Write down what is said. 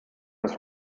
das